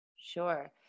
sure